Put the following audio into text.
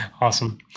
Awesome